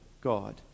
God